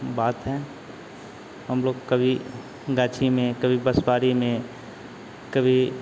बात है हमलोग कभी गाछी में कभी बाँसबाड़ी में कभी